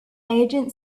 agent